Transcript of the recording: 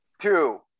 two